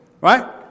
right